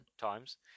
times